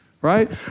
right